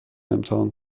امتحان